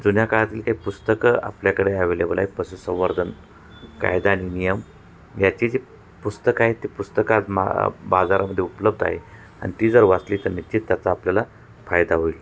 जुन्या काळातील हे पुस्तकं आपल्याकडे ॲवेलेबल आहेत पशुसंवर्धन कायदा आणि नियम याची जे पुस्तकं आहे ते पुस्तकात मा बाजारामध्ये उपलब्ध आहे आणि ती जर वाचली तर निश्चित त्याचा आपल्याला फायदा होईल